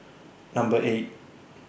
Number eight